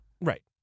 Right